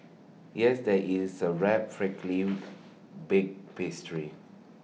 yes there is sir wrapped flaky baked pastry